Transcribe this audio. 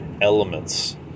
elements